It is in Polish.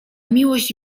miłość